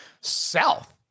South